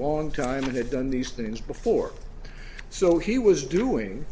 long time and had done these things before so he was doing